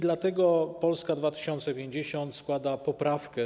Dlatego Polska 2050 składa poprawkę.